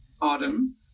autumn